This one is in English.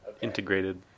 integrated